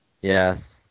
Yes